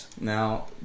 Now